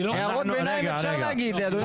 הערות ביניים אפשר להגיד, אדוני היושב-ראש.